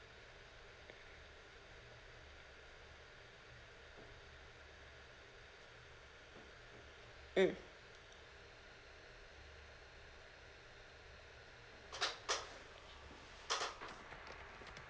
mm